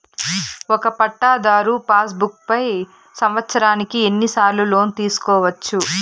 ఒక పట్టాధారు passbook పై సంవత్సరానికి ఎన్ని సార్లు లోను తీసుకోవచ్చు?